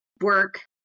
work